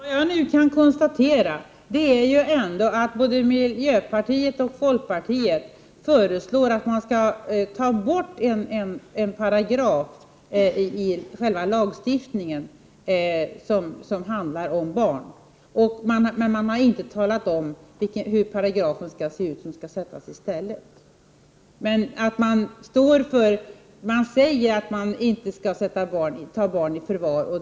Herr talman! Jag kan nu konstatera att både miljöpartiet och folkpartiet föreslår ett borttagande av en paragraf i lagstiftningen när det gäller barnen. Men man har inte talat om hur den paragraf skall lyda som skall ersätta den tidigare. Man säger dock att barn inte skall tas i förvar.